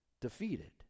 defeated